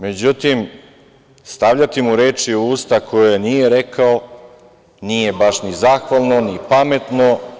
Međutim, stavljati mu reči u usta koje nije rekao nije baš ni zahvalno, ni pametno.